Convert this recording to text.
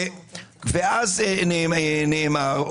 ואז נאמר,